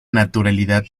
naturalidad